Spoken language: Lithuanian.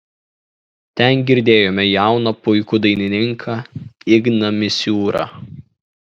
ten girdėjome jauną puikų dainininką igną misiūrą